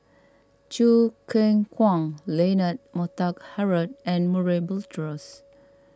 Choo Keng Kwang Leonard Montague Harrod and Murray Buttrose